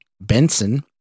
Benson